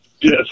Yes